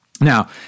Now